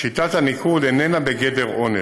שיטת הניקוד איננה בגדר עונש,